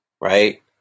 right